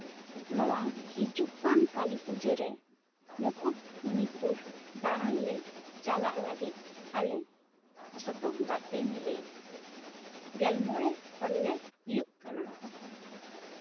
ᱱᱚᱣᱟ ᱦᱤᱡᱩᱜ ᱠᱟᱱ ᱠᱟ ᱞᱤ ᱯᱩᱡᱟᱹᱨᱮ ᱢᱩᱠᱩᱴᱢᱩᱱᱤᱯᱩᱨ ᱫᱟᱬᱟᱱ ᱞᱮ ᱪᱟᱞᱟᱜ ᱞᱟᱹᱜᱤᱫ ᱟᱞᱮ ᱡᱷᱚᱛᱚ ᱜᱟᱛᱮ ᱢᱤᱞᱮ ᱜᱮᱞ ᱢᱚᱬᱮ ᱦᱚᱲᱞᱮ ᱦᱩᱭᱩᱜ ᱠᱟᱱᱟ